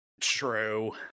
True